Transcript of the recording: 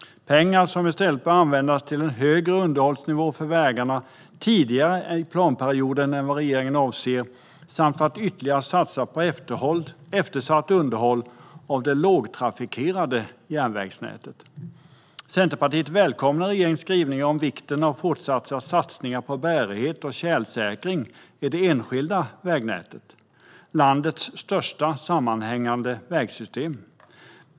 Dessa pengar bör användas till en högre underhållsnivå för vägarna tidigare i planperioden än vad regeringen avser samt för att ytterligare satsa på eftersatt underhåll av det lågtrafikerade järnvägsnätet. Centerpartiet välkomnar regeringens skrivning om vikten av att fortsätta att satsa på bärighet och tjälsäkring i det enskilda vägnätet, som är landets största sammanhängande vägsystem.